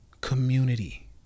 community